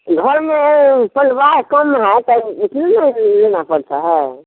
घर में ये परिवार काम है तब इसीलिए तो लेना पड़ता है